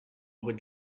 with